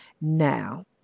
now